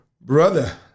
brother